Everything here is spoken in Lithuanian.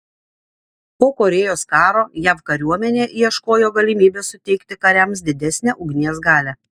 po korėjos karo jav kariuomenė ieškojo galimybės suteikti kariams didesnę ugnies galią